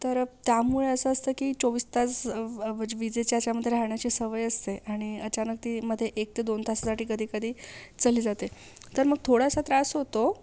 तर त्यामुळे असं असतं की चोवीस तास व वी विजेच्या ह्याच्यामध्ये राहण्याची सवय असते आणि अचानक ती मधे एक ते दोन तासांसाठी कधीकधी चलली जाते तर मग थोडासा त्रास होतो